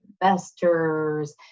investors